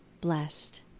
blessed